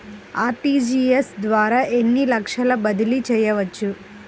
RTGS ద్వారా ఎన్ని లక్షలు బదిలీ చేయవచ్చు?